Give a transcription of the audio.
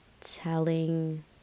telling